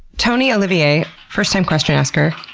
toni olivier, first-time question-asker,